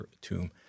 tomb